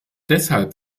deshalb